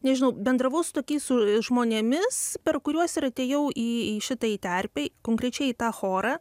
nežinau bendravau su tokiais su žmonėmis per kuriuos ir atėjau į į šitą į terpę konkrečiai į tą chorą